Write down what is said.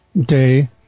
day